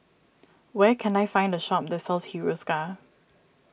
where can I find a shop that sells Hiruscar